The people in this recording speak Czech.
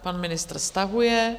Pan ministr stahuje.